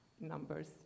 numbers